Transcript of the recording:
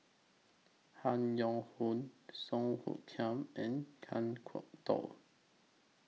Han Yong Hong Song Hoot Kiam and Kan Kwok Toh